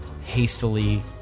hastily